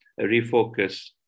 refocus